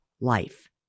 life